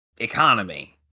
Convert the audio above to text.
Economy